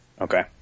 Okay